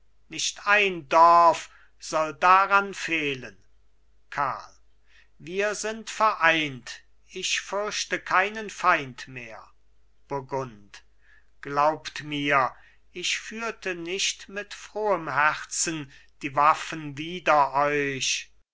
nicht ein dorf soll daran fehlen karl wir sind vereint ich fürchte keinen feind mehr burgund glaubt mir ich führte nicht mit frohem herzen die waffen wider euch